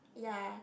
ya